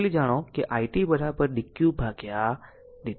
તો ઉકેલ જાણી લો કે it dqdt